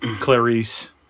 Clarice